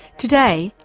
today,